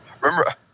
Remember